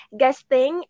guesting